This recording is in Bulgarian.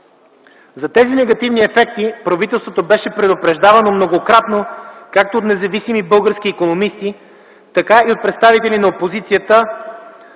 за тези негативни ефекти правителството беше предупреждавано многократно както от независими български икономисти, така и от представители на опозицията